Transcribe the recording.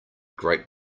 great